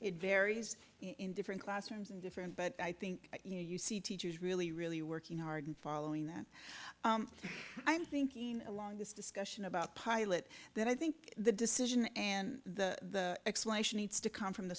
it varies in different classrooms and different but i think you know you see teachers really really working hard and following that i'm thinking along this discussion about pilot then i think the decision and the explanation needs to come from the